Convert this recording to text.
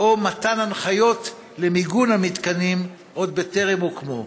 או מתן הנחיות למיגון המתקנים עוד בטרם הוקמו?